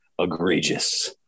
egregious